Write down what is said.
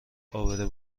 عابر